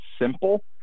simple